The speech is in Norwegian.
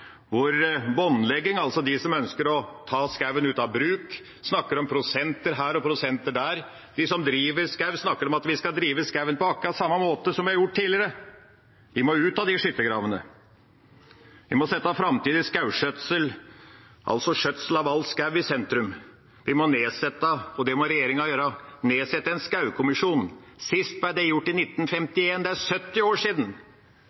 båndlegging, hvor altså de som ønsker å ta skogen ut av bruk, snakker om prosenter her og prosenter der. De som driver med skog, snakker om at vi skal drive skogen på akkurat samme måte som vi har gjort tidligere. Vi må ut av de skyttergravene. Vi må sette framtidig skogskjøtsel, altså skjøtsel av all skog, i sentrum. Vi må nedsette, det må regjeringa gjøre, en skogkommisjon – sist ble det gjort i